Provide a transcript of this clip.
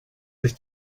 sich